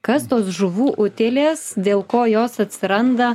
kas tos žuvų utėlės dėl ko jos atsiranda